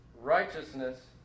Righteousness